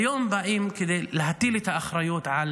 היום באים כדי להטיל את האחריות על